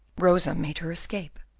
rosa made her escape.